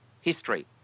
history